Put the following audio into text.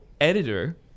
editor